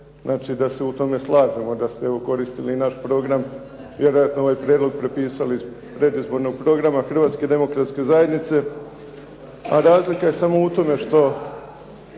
znači da se u tome slažemo, da ste okoristili i naš program, vjerojatno ovaj prijedlog prepisali iz predizbornog programa Hrvatske demokratske zajednice, a razlika je samo u tome što